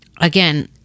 again